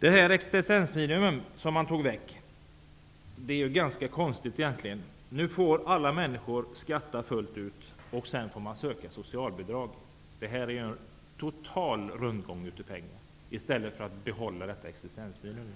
Det var konstigt att existensminimum togs bort. Nu får alla människor skatta fullt ut, och sedan får man söka socialbidrag. Det är en total rundgång av pengar, och i stället borde reglerna om existensminimum